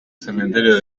cementerio